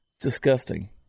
disgusting